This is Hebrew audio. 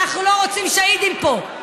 אנחנו לא רוצים שהידים פה.